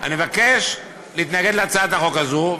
ואני מבקש להתנגד להצעת החוק הזו.